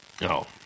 No